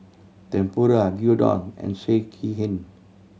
Tempura Gyudon and Sekihan